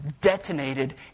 detonated